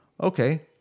Okay